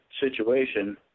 situation